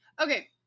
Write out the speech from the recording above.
Okay